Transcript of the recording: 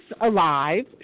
alive